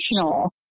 emotional